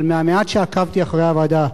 אבל מהמעט שעקבתי אחרי הוועדה,